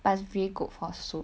but it's really good for soup